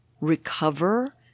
recover